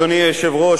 אדוני היושב-ראש,